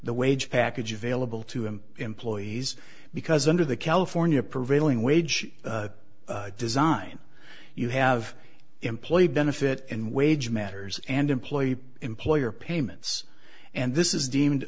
the wage package available to him employees because under the california prevailing wage design you have employee benefit in wage matters and employee employer payments and this is deemed